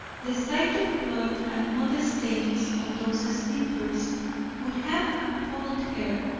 the sight of blood and mud-stains on those slippers would have appalled her,